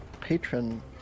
patron